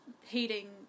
hating